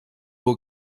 will